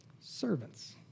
Servants